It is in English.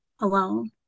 alone